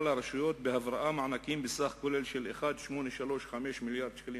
לרשויות בהבראה מענקים בסך כולל של 1.835 מיליארד שקלים,